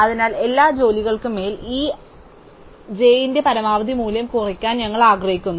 അതിനാൽ എല്ലാ ജോലികൾക്കും മേൽ ഈ l j ന്റെ പരമാവധി മൂല്യം കുറയ്ക്കാൻ ഞങ്ങൾ ആഗ്രഹിക്കുന്നു